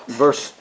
verse